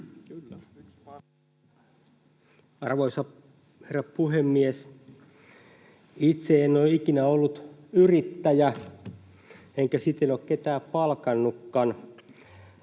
Arvoisa herra puhemies! Itse en ole ikinä ollut yrittäjä enkä siten ole ketään palkannutkaan,